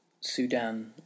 Sudan